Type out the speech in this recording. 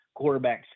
quarterbacks